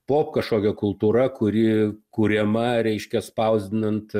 pop kažkokia kultūra kuri kuriama reiškia spausdinant